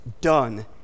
done